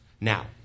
Now